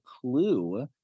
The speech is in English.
clue